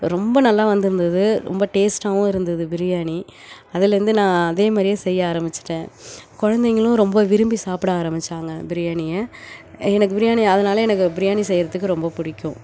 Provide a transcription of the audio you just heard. ரொம்ப நல்லா வந்துருந்தது ரொம்ப டேஸ்ட்டாகவும் இருந்தது பிரியாணி அதிலேருந்து நான் அதே மாதிரியே செய்ய ஆரம்பிச்சுட்டேன் குழந்தைங்களும் ரொம்ப விரும்பி சாப்பிட ஆரம்பித்தாங்க பிரியாணியை எனக்கு பிரியாணி அதனாலேயே எனக்கு பிரியாணி செய்கிறதுக்கு ரொம்ப பிடிக்கும்